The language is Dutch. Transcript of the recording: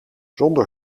zonder